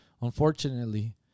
unfortunately